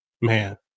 Man